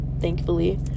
thankfully